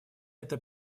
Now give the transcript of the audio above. это